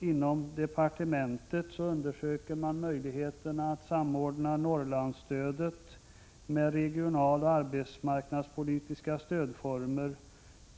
Inom departementet undersöker man möjligheterna att samordna Norrlandsstödet med regionaloch arbetsmarknadspolitiska stödformer.